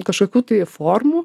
kažkokių tai formų